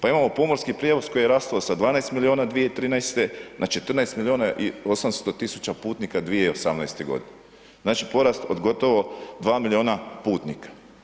Pa imamo pomorski prijevoz koji je rastao sa 12 milijuna 2013. na 14 milijuna i 800 000 putnika 2018.g., znači porast od gotovo 2 milijuna putnika.